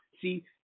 See